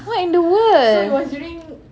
what in the world